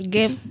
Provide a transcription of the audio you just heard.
Game